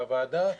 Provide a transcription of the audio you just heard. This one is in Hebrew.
בוועדה,